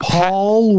Paul